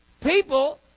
people